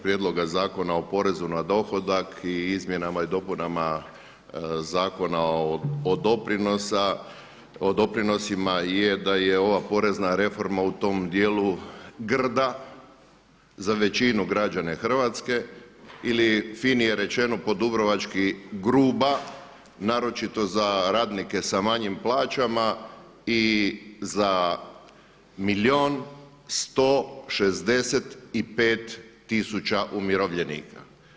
prijedloga zakona o porezu na dohodak i izmjenama i dopunama Zakona o doprinosima i je da je ova porezna reforma u tom dijelu grda za većinu građana Hrvatske ili finije rečeno po dubrovački grupa, naročito za radnike sa manjima plaćama i za milijun 165 tisuća umirovljenika.